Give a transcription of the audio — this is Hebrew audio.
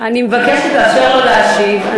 אני מבקשת לאפשר לו להשיב.